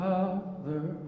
Father